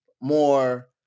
more